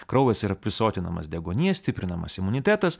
kraujas yra prisotinamas deguonies stiprinamas imunitetas